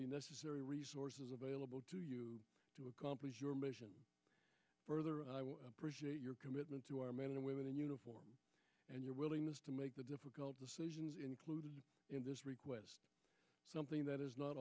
the necessary resources available to you to accomplish your mission further i appreciate your commitment to our men and women in uniform and your willingness to make the difficult decisions included in this request something that is not